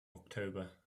october